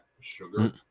sugar